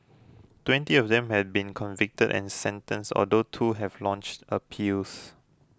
twenty of them have been convicted and sentenced although two have launched appeals